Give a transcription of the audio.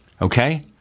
okay